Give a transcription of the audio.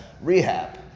rehab